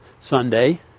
Sunday